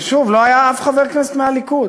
ושוב, לא היה אף חבר כנסת מהליכוד.